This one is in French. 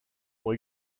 ont